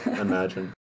Imagine